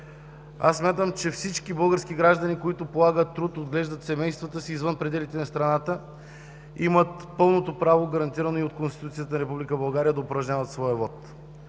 Смятам, че всички български граждани, които полагат труд, отглеждат семействата си извън пределите на страната, имат пълното право, гарантирано и от Конституцията на Република България, да упражняват своя вот.